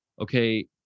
okay